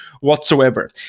whatsoever